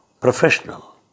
professional